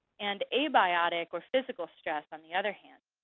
and abiotic, or physical stress, on the other hand.